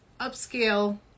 upscale